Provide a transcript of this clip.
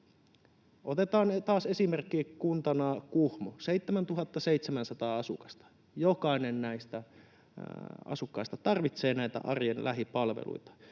Otetaan taas esimerkki, kuntana Kuhmo, 7 700 asukasta. Jokainen näistä asukkaista tarvitsee näitä arjen lähipalveluita.